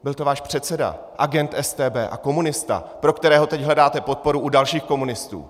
Byl to váš předseda, agent StB a komunista, pro kterého teď hledáte podporu u dalších komunistů!